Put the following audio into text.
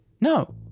No